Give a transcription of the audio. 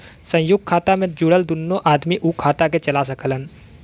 संयुक्त खाता मे जुड़ल दुन्नो आदमी उ खाता के चला सकलन